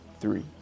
three